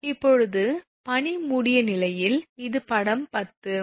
இப்போது பனி மூடிய நிலையில் இது படம் 10